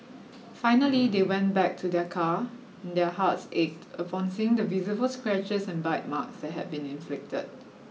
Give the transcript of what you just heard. finally they went back to their car and their hearts ached upon seeing the visible scratches and bite marks that had been inflicted